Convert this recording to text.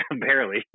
barely